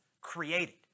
created